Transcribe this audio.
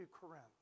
Corinth